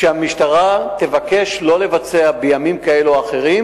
שהמשטרה תבקש לא לבצע בימים כאלה או אחרים,